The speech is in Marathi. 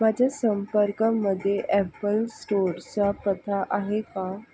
माझ्या संपर्कामध्ये ॲपल स्टोअरचा पत्ता आहे का